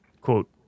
Quote